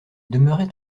demeuraient